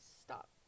Stop